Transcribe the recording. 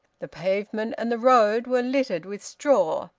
the pavement and the road were littered with straw,